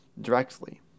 directly